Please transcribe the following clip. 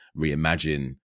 Reimagine